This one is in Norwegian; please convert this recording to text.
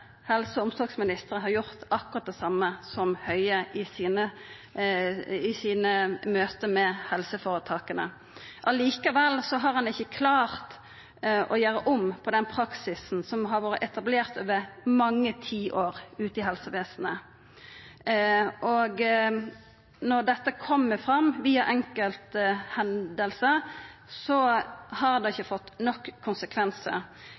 helse- og omsorgsministrar har gjort akkurat det same som Høie i sine møte med helseføretaka. Likevel har han ikkje klart å gjera om på den praksisen som har vore etablert over mange tiår ute i helsevesenet. Når dette kjem fram via enkelte hendingar, har det ikkje fått nok konsekvensar.